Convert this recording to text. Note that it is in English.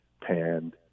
panned